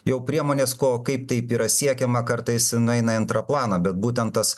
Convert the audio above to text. jau priemonės ko kaip taip yra siekiama kartais nueina į antrą planą bet būtent tas